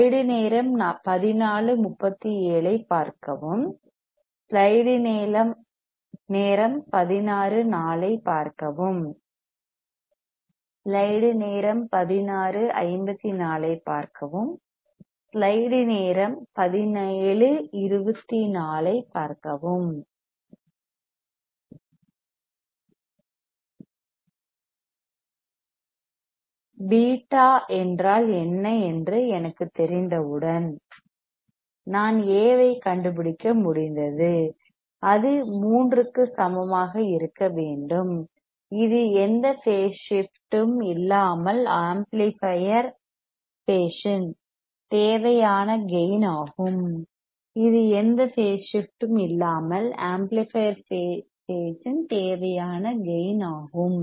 β என்றால் என்ன என்று எனக்குத் தெரிந்தவுடன் நான் A ஐக் கண்டுபிடிக்க முடிந்தது அது 3 க்கு சமமாக இருக்க வேண்டும் இது எந்த பேஸ் ஷிப்ட்டும் இல்லாமல் ஆம்ப்ளிபையர் பேஸ் இன் தேவையான கேயின் ஆகும் இது எந்த பேஸ் ஷிப்ட்டும் இல்லாமல் ஆம்ப்ளிபையர் பேஸ் இன் தேவையான கேயின் ஆகும்